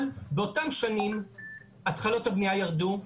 אבל באותן שנים התחלות הבנייה ירדו,